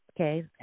okay